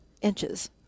Inches